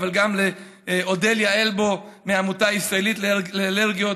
אבל גם לאודליה אלבו מהעמותה הישראלית לאלרגיות,